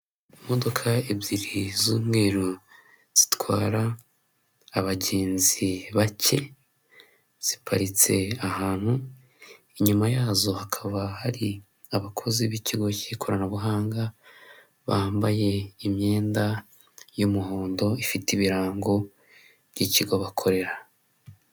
Imodoka ebyiri z'umweru zitwara abagenzi bake, ziparitse ahantu inyuma yazo hakaba hari abakozi b'ikigo cy'ikoranabuhanga, bambaye imyenda y'umuhondo ifite ibirango by'ikigo bakorera.